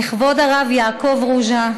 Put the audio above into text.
ולכבוד הרב יעקב רוז'ה,